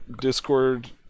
Discord